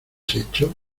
hecho